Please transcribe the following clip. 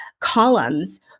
columns